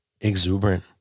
exuberant